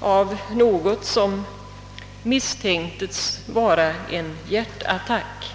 av något som misstänktes vara en hjärtattack.